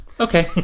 Okay